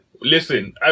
Listen